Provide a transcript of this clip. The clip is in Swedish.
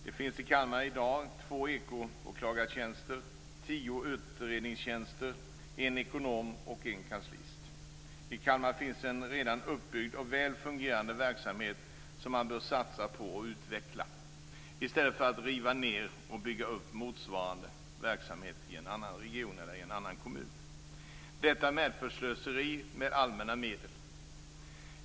Det finns i Kalmar i dag två ekoåklagartjänster, tio utredningstjänster, en ekonom och en kanslist. I Kalmar finns en redan uppbyggd och väl fungerande verksamhet som man bör satsa på och utveckla, i stället för att riva ned och bygga upp motsvarande verksamhet i en annan region eller i en annan kommun. Detta medför slöseri med allmänna medel.